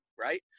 right